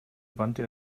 wandte